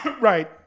right